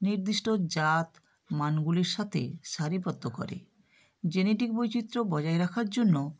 নির্দিষ্ট জাত মানগুলির সাথে সারিবদ্ধ করে জেনেটিক বৈচিত্র্য বজায় রাখার জন্য